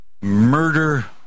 murder